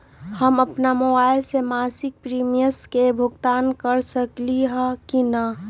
हम अपन मोबाइल से मासिक प्रीमियम के भुगतान कर सकली ह की न?